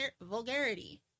vulgarity